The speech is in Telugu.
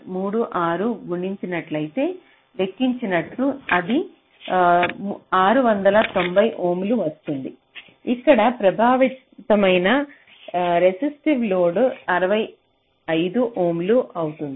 36 తో గుణించినట్లయితే లెక్కించినట్లు అది 690 ఓంకు వస్తుంది ఇక్కడ ప్రభావంతమైన రెసిస్టివ్ లోడ్ 65 ఓం అవుతుంది